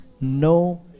no